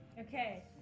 Okay